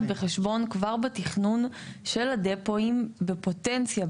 בחשבון כבר בתכנון של הדפואים בפוטנציה,